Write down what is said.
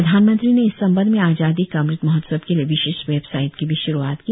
प्रधानमंत्री ने इस संबंध में आजादी का अम़त महोत्सव के लिए विशेष वेबसाइट की भी श्रूआत की